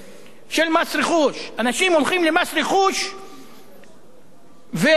אנשים הולכים למס רכוש ויש עסקה,